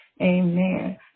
Amen